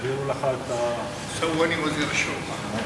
אדוני היושב-ראש,